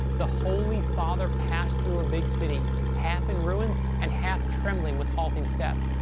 the holy father passed through a big city half in ruins, and half trembling with halting step,